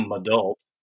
adult